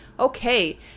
Okay